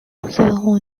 zéro